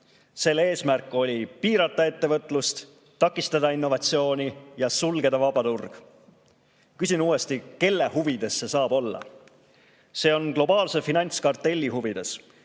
Selle eesmärk oli piirata ettevõtlust, takistada innovatsiooni ja sulgeda vaba turg. Küsin uuesti, kelle huvides see saab olla? See on globaalse finantskartelli huvides,